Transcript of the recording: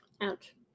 ouch